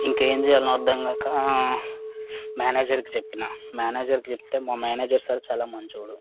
ఇంకా ఏం చేయాలో అర్థం కాక మేనేజర్కి చెప్పిన మేనేజర్కి చెప్తే మా మేనేజర్ సార్ చాలా మంచోడు